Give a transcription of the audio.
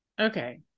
okay